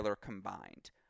combined